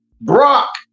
Brock